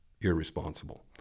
irresponsible